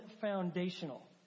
foundational